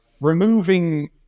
Removing